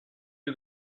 you